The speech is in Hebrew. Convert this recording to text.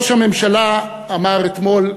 ראש הממשלה אמר אתמול,